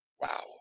Wow